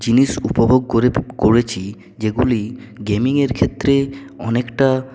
জিনিস উপভোগ করে করেছি যেগুলি গেমিংয়ের ক্ষেত্রে অনেকটা